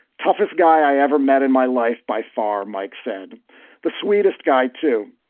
toughest guy i ever met in my life by far. mike said the sweetest guy, too.